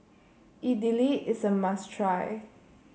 Idili is a must try